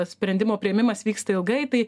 sprendimo priėmimas vyksta ilgai tai